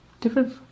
different